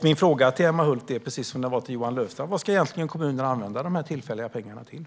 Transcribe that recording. Min fråga till Emma Hult är densamma som frågan till Johan Löfstrand: Vad ska egentligen kommunen använda de här tillfälliga pengarna till?